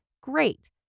great